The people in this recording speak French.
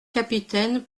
capitaine